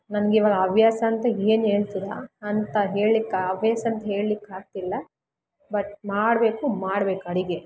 ನನ್ಗಿವಾಗ ಹವ್ಯಾಸ ಅಂತ ಏನು ಹೇಳ್ತಿರಾ ಅಂತ ಹೇಳ್ಲಿಕ್ಕೆ ಹವ್ಯಾಸಂತ ಹೇಳಲಿಕಾಗ್ತಿಲ್ಲ ಬಟ್ ಮಾಡಬೇಕು ಮಾಡ್ಬೇಕು ಅಡಿಗೆ